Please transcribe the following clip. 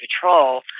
patrol